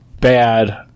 bad